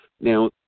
Now